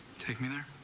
take me there.